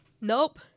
Nope